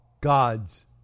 God's